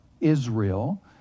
Israel